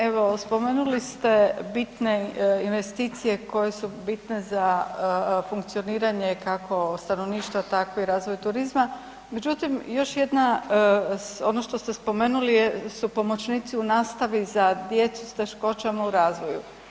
Evo, spomenuli ste bitne investicije koje su bitne za funkcioniranje, kako stanovništva, tako i razvoj turizma, međutim, još jedna, ono što ste spomenuli su pomoćnici u nastavi za djecu s teškoćama u razvoju.